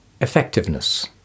effectiveness